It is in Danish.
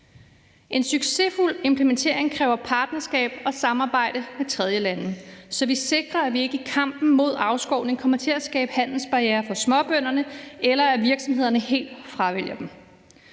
En succesfuld implementering kræver partnerskab og samarbejde med tredjelande, så vi sikrer, at vi ikke i kampen mod afskovning kommer til at skabe handelsbarrierer for småbønderne, eller at virksomhederne helt fravælger dem.